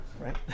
right